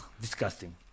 disgusting